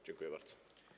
Dziękuję bardzo.